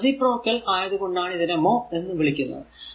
അതിന്റെ റേസിപ്രോക്കൽ ആയതു കൊണ്ടാണ് ഇതിനെ മോ എന്ന് വിളിക്കുന്നത്